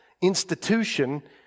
institution